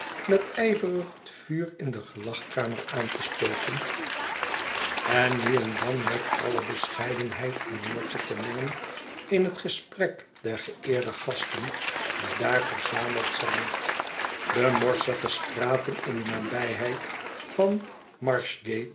met ijverig het vuur in de gelagkamer aan te stoken en nu en dan met alle bescheidenheid een woordje te mengen in het gesprek der geeerde gasten die daar verzameld zijn de morsige straten in de nabijheid van